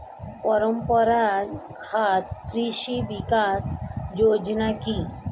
পরম্পরা ঘাত কৃষি বিকাশ যোজনা কি?